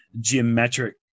geometric